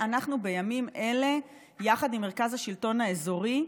אנחנו, בימים אלה יחד עם מרכז השלטון האזורי,